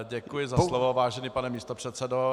Děkuji za slovo, vážený pane místopředsedo.